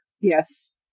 Yes